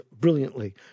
brilliantly